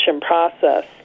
process